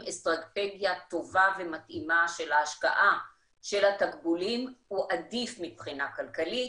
אסטרטגיה טובה ומתאימה של ההשקעה של התקבולים הוא עדיף מבחינה כלכלית,